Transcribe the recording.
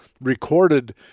recorded